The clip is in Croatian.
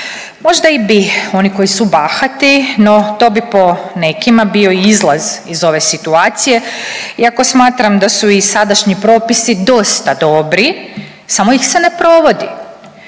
Možda i bi oni koji su bahati, no to bi po nekima bio i izlaz iz ove situacije iako smatram da su i sadašnji propisi dosta dobri samo ih se ne provodi.